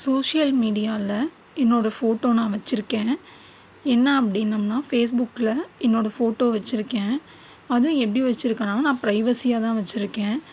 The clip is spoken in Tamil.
சோஷியல் மீடியாவில் என்னோடய ஃபோட்டோ நான் வச்சுருக்கேன் என்னா அப்படினம்னா ஃபேஸ்புக்கில் என்னோடய ஃபோட்டோ வச்சிருக்கேன் அதுவும் எப்படி வச்சுருக்கேனா நான் ப்ரைவசியாதான் வச்சுருக்கேன்